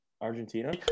Argentina